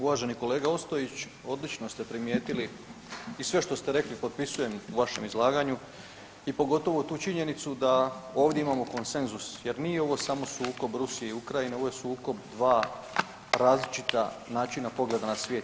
Uvaženi kolega Ostojić, odlično ste primijetili i sve što ste rekli potpisujem u vašem izlaganju i pogotovo tu činjenicu da ovdje imamo konsenzus jer nije ovo samo sukob Rusije i Ukrajine, ovo je sukob dva različita načina pogleda na svijet.